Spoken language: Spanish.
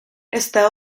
está